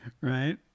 Right